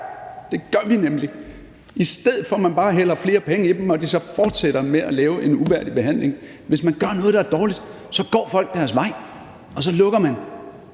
det gør man nemlig, i stedet for at man bare hælder flere penge i dem og de så fortsætter med at lave en uværdig behandling. Hvis man gør noget, der er dårligt, så går folk deres vej, og så må man